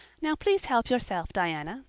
now, please help yourself, diana,